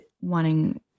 wanting